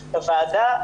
בוועדה,